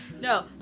No